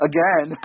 Again